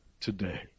today